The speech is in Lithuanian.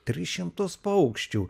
tris šimtus paukščių